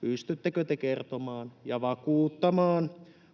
pystyttekö te kertomaan ja vakuuttamaan